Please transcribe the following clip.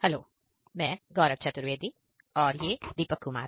hello मैं गौरव चतुर्वेदी और मैं दीपक कुमार